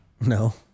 No